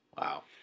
Wow